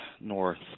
north